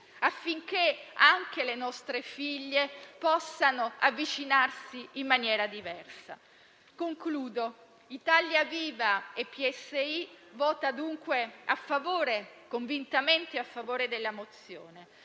affinché anche le nostre figlie possano avvicinarsi in maniera diversa. In conclusione, Italia Viva e PSI votano convintamente a favore della mozione